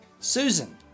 Susan